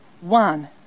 one